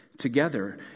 together